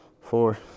four